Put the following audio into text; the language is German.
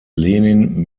lenin